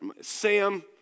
Sam